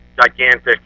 gigantic